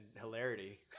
hilarity